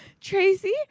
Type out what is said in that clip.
Tracy